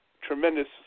tremendous